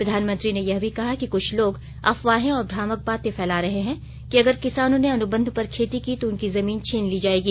प्रधानमंत्री ने यह भी कहा कि कुछ लोग अफवाहें और भ्रामक बातें फैला रहे हैं कि अगर किसानों ने अनुबंध पर खेती की तो उनकी जमीन छीन ली जाएगी